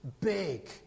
big